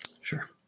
Sure